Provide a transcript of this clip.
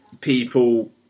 people